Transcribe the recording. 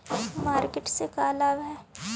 Market से का लाभ है?